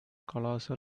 colossal